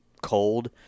cold